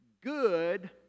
good